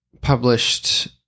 Published